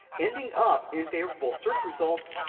ending up in favorable search results,